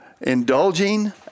Indulging